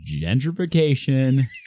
gentrification